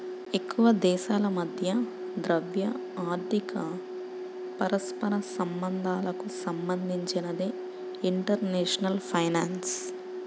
ఎక్కువదేశాల మధ్య ద్రవ్య, ఆర్థిక పరస్పర సంబంధాలకు సంబంధించినదే ఇంటర్నేషనల్ ఫైనాన్స్